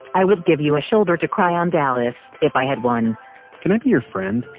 i would give you a shoulder to cry on, dallas, if i had one can i be your friend?